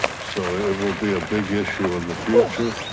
so it will be a big issue in the future.